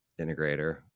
integrator